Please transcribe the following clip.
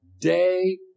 Day